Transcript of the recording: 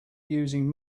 using